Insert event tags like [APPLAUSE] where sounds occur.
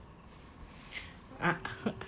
[NOISE] [LAUGHS]